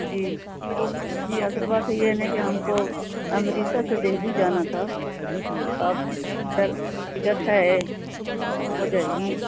جی جی اصل بات تو ہے نا کہ ہم کو امرتسر سے دہلی جانا تھا تو آپ ٹکٹ ہے ہو جائے گی